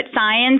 science